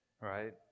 right